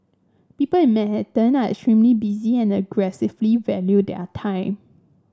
people in Manhattan are extremely busy and aggressively value their time